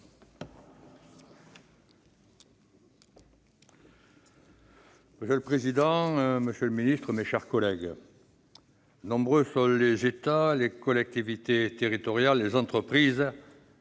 Monsieur le président, monsieur le ministre, mes chers collègues, nombreux sont les États, les collectivités territoriales et les entreprises